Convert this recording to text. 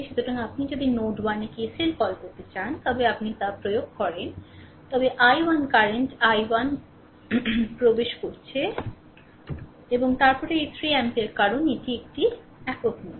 সুতরাং আপনি যদি নোড 1 এ KCL কল করতে চান তবে যদি তা প্রয়োগ করেন তবে তা i1 কারেন্ট i 1 প্রবেশ করছে এবং তারপরে এই 3 অ্যাম্পিয়ার কারণ এটি একটি একক নোড